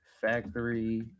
Factory